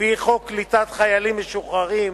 לפי חוק קליטת חיילים משוחררים,